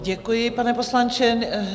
Děkuji, pane poslanče.